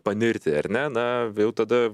panirti ar ne na jau tada